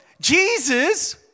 Jesus